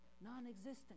non-existent